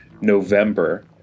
November